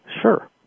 Sure